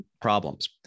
problems